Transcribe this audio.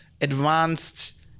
advanced